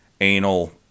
anal